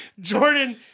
Jordan